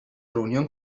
reunión